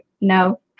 No